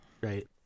right